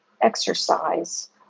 exercise